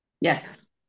Yes